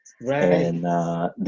Right